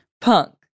punk